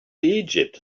egypt